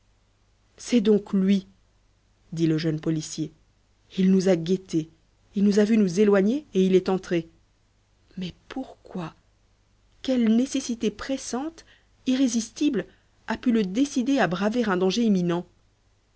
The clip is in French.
c'est donc lui dit le jeune policier il nous a guettés il nous a vus nous éloigner et il est entré mais pourquoi quelle nécessité pressante irrésistible a pu le décider à braver un danger imminent